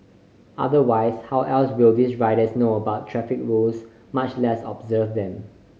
otherwise how else will these riders know about traffic rules much less observe them